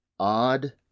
Odd